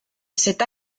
cette